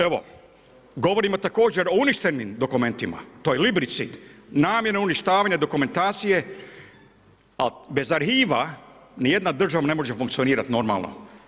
Evo, govorim također o uništenim dokumentima, to je libricid, namjerno uništavanje dokumentacije, ali bez arhiva, ni jedna država ne može funkcionirati normalno.